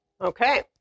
okay